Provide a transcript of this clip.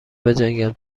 بجنگم